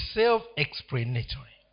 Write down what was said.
self-explanatory